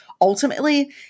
ultimately